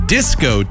Disco